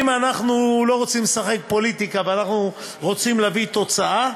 אם אנחנו לא רוצים לשחק פוליטיקה ואנחנו רוצים להביא תוצאה,